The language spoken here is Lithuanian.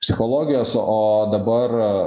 psichologijos o dabar